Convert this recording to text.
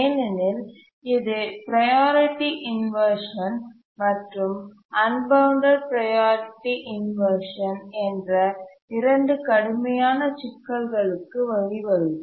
ஏனெனில் இது priority inversion மற்றும் அன்பவுண்டட் ப்ரையாரிட்டி இன்வர்ஷன் என்ற இரண்டு கடுமையான சிக்கல்களுக்கு வழிவகுக்கும்